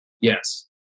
Yes